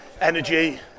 energy